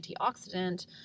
antioxidant